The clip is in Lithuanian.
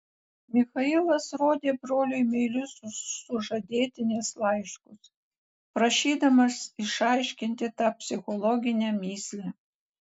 michailas rodė broliui meilius sužadėtinės laiškus prašydamas išaiškinti tą psichologinę mįslę